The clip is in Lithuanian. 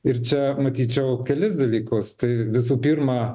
ir čia matyčiau kelis dalykus tai visų pirma